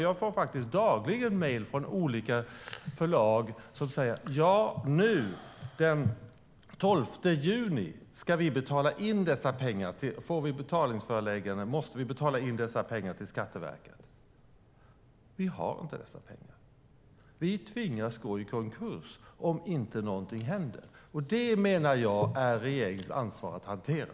Jag får dagligen mejl från olika förlag som säger: Nu, den 12 juni, får vi betalningsföreläggande, och då måste vi betala in dessa pengar till Skatteverket, men vi har inte dessa pengar. Vi tvingas gå i konkurs om inte något händer. Detta menar jag att det är regeringens ansvar att hantera.